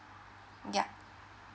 yeah